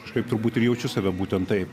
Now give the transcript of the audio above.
kažkaip turbūt ir jaučiu save būtent taip